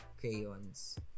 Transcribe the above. crayons